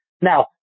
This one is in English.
Now